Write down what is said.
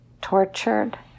tortured